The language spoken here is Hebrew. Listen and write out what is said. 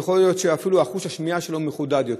יכול להיות שחוש השמיעה שלו מחודד יותר.